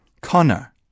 Connor